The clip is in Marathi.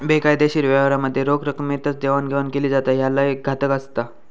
बेकायदेशीर व्यवहारांमध्ये रोख रकमेतच देवाणघेवाण केली जाता, ह्या लय घातक असता